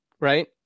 right